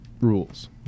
rules